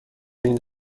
این